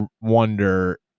wonder